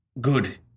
good